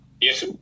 Yes